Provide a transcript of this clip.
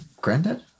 granddad